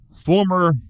former